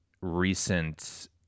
recent